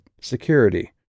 security